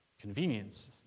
convenience